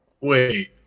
wait